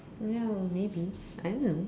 ya maybe I don't know